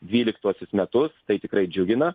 dvyliktuosius metus tai tikrai džiugina